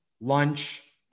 lunch